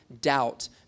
Doubt